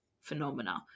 phenomena